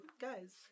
guys